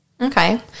Okay